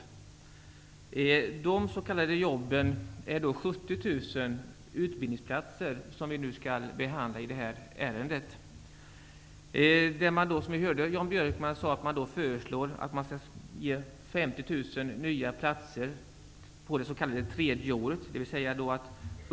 Av de s.k. jobben är 70 000 utbildningsplatser, vilka vi nu skall behandla i detta ärende. Jan Björkman sade att Socialdemokraterna föreslår att man skall skapa 50 000 nya platser på det s.k. tredje året.